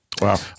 Wow